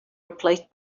replaced